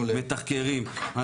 מתחקרים,